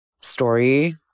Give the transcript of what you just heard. story